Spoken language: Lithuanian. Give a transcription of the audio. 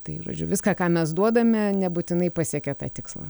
tai žodžiu viską ką mes duodame nebūtinai pasiekia tą tikslą